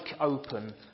open